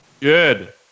Good